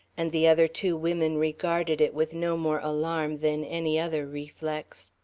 and the other two women regarded it with no more alarm than any other reflex.